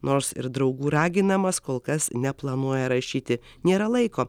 nors ir draugų raginamas kol kas neplanuoja rašyti nėra laiko